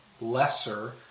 lesser